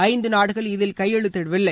ஐந்து நாடுகள் இதில் கையெழுத்திடவில்லை